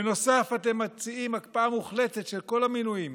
בנוסף, אתם מציעים הקפאה מוחלטת של כל המינויים.